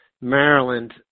Maryland